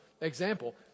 example